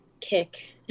kick